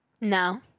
No